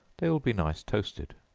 they will be nice toasted.